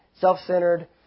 self-centered